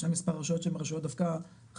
יש דווקא מספר רשויות שהן דווקא חזקות